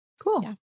Cool